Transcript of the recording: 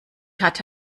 hatte